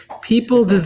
People